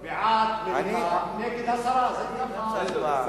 בעד, מליאה, נגד, הסרה.